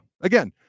Again